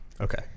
Okay